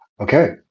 Okay